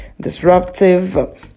disruptive